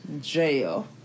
Jail